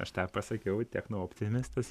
aš tą pasakiau techno optimistas